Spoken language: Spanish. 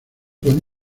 con